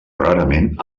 rarament